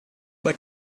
but